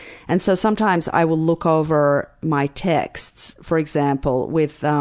and so sometimes i will look over my texts, for example, with,